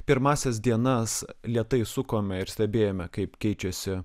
pirmąsias dienas lėtai sukome ir stebėjome kaip keičiasi